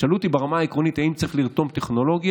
תשאלו אותי ברמה העקרונית: האם צריך לרתום טכנולוגיה?